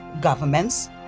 governments